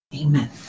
Amen